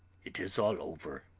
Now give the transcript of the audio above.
it is all over,